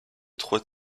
trois